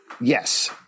Yes